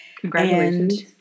Congratulations